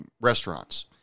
restaurants